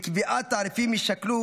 בקביעת התעריפים יישקלו,